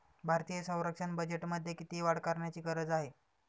भारतीय संरक्षण बजेटमध्ये किती वाढ करण्याची गरज आहे?